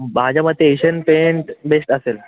माझ्या मते Asian paint best असेल